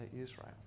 Israel